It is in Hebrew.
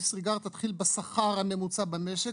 שיתחיל בשכר הממוצע במשק.